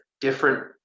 different